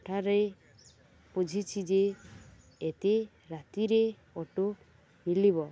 ଏଠାରେ ବୁଝିଛି ଯେ ଏତେ ରାତିରେ ଅଟୋ ମଳିବ